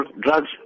drugs